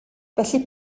felly